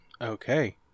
Okay